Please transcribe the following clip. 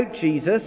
Jesus